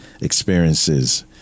experiences